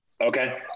Okay